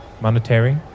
monetary